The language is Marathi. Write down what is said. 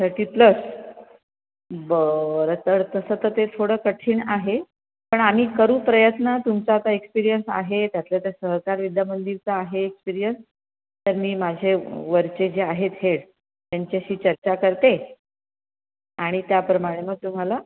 थर्टी प्लस बरं तर तसं तर ते थोडं कठीण आहे पण आम्ही करू प्रयत्न तुमचा आता एक्सपिरियंस आहे त्यातल्या त्यात सहकार विद्यामंदिरचा आहे एक्सपिरियंस तर मी माझे वरचे जे आहेत हेड त्यांच्याशी चर्चा करते आणि त्याप्रमाणे मग तुम्हाला